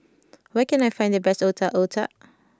where can I find the best Otak Otak